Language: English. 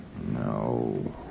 No